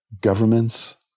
governments